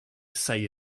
say